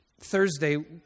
Thursday